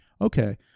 okay